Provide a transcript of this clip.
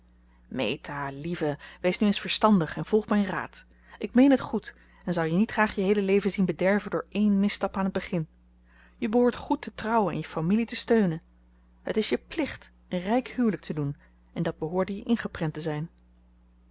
meta lieve wees nu eens verstandig en volg mijn raad ik meen het goed en zou je niet graag je heele leven zien bederven door één misstap aan t begin je behoort goed te trouwen en je familie te steunen het is je plicht een rijk huwelijk te doen en dat behoorde je ingeprent te zijn